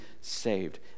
saved